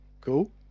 cool